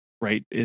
right